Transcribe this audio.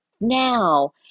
now